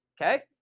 okay